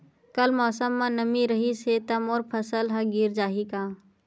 कल मौसम म नमी रहिस हे त मोर फसल ह गिर जाही का?